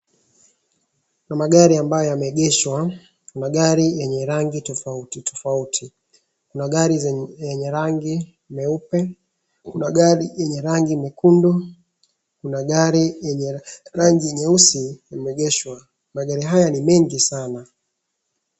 Kuna magari ambayo yameegeshwa, magari yenye rangi tofauti tofauti. Kuna gari yenye rangi meupe, kuna gari yenye rangi mekundu, kuna gari yenye rangi nyeusi imeegeshwa. Magari haya ni mengi sana.